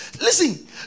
Listen